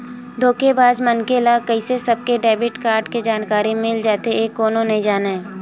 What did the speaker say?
धोखेबाज मनखे ल कइसे सबके डेबिट कारड के जानकारी मिल जाथे ए कोनो नइ जानय